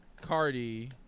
Cardi